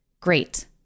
Great